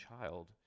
child